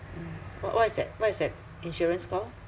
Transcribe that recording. mm what what is that what is that insurance called